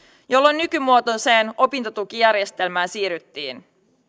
jolloin nykymuotoiseen opintotukijärjestelmään siirryttiin